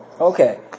Okay